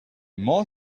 more